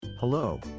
Hello